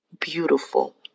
beautiful